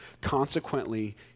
Consequently